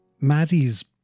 Maddie's